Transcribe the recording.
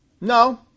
No